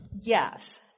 Yes